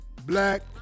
Black